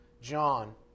John